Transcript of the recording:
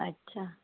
अच्छा